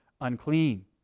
unclean